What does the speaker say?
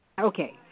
Okay